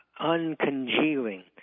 uncongealing